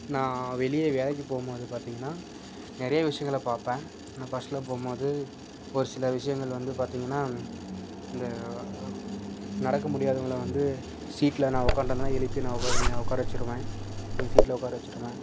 நான் வெளியே வேலைக்கு போகும்போது பார்த்திங்கன்னா நிறைய விஷயங்கள பார்ப்பேன் நான் பஸ்ஸில் போகும்போது ஒரு சில விஷயங்கள் வந்து பார்த்திங்கன்னா இந்த நடக்க முடியாதவங்களை வந்து சீட்டில் நான் உக்காந்துட்டு வந்தேன்னால் எழுப்பி நான் உக்கா உட்கார வச்சுருவேன் என் சீட்டில் உட்கார வச்சுடுவேன்